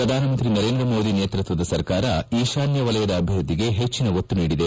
ಪ್ರಧಾನ ಮಂತ್ರಿ ನರೇಂದ್ರ ಮೋದಿ ನೇತೃತ್ವದ ಸರ್ಕಾರ ಈಶಾನ್ತ ವಲಯದ ಅಭಿವ್ಯದ್ಧಿಗೆ ಹೆಚ್ಚಿನ ಒತ್ತು ನೀಡಿದೆ